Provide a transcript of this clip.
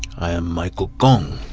i am michael kong